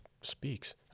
speaks